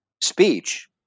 speech—